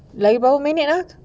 lagi berapa minute ah